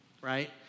right